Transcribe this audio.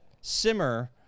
simmer